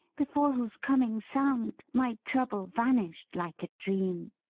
before whose coming sound, my trouble vanished like a dream.